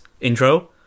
intro